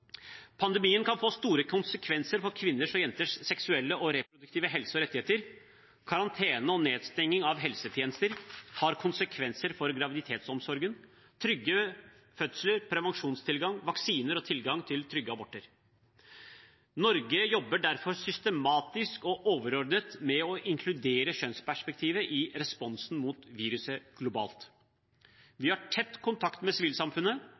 Pandemien kan få store konsekvenser for kvinner og jenters seksuelle og reproduktive helse og rettigheter. Karantene og nedstenging av helsetjenester har konsekvenser for graviditetsomsorgen, trygge fødsler, prevensjonstilgang, vaksiner og tilgang til trygge aborter. Norge jobber derfor systematisk og overordnet med å inkludere kjønnsperspektivet i responsen mot viruset globalt. Vi har tett kontakt med sivilsamfunnet,